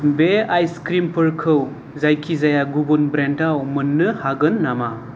बे आइस क्रिमफोरखौ जायखिजाया गुबुन ब्रेन्डाव मोन्नो हागोन नामा